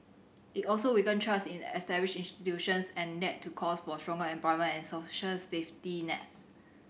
it also weakened trust in established institutions and led to calls for stronger employment and social safety nets